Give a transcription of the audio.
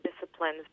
disciplines